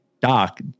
Doc